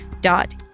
dot